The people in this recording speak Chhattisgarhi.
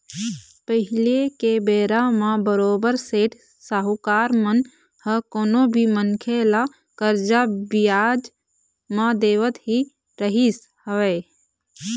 पहिली के बेरा म बरोबर सेठ साहूकार मन ह कोनो भी मनखे ल करजा बियाज म देवत ही रहिस हवय